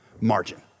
Margin